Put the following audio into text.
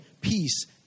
peace